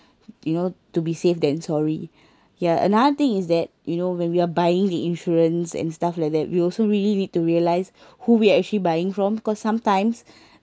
you know to be safe than sorry yeah another thing is that you know when we are buying the insurance and stuff like that we also really need to realise who we're actually buying from cause sometimes